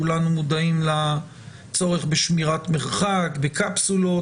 כולנו מודעים לצורך בשמירת מרחק, בקפסולות.